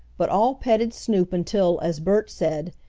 but all petted snoop until, as bert said,